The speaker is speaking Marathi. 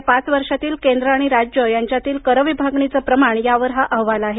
येत्या पाच वर्षांतील केंद्र आणि राज्ये यांच्यातील कर विभागणीचे प्रमाण यावर हा अहवाल आहे